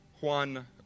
Juan